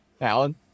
Alan